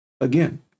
Again